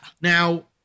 Now